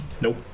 Nope